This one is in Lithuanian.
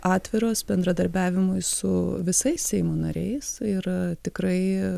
atviros bendradarbiavimui su visais seimo nariais ir tikrai